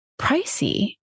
pricey